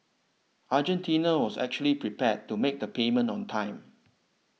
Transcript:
Argentina was actually prepared to make the payment on time